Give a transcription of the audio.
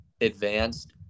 advanced